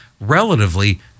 Relatively